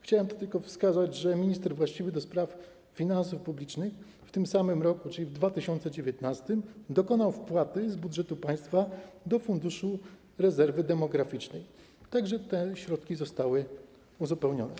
Chciałem tu tylko wskazać, że minister właściwy do spraw finansów publicznych w tym samym roku, czyli w 2019 r., dokonał wpłaty z budżetu państwa do Funduszu Rezerwy Demograficznej, tak że te środki zostały uzupełnione.